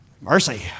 Mercy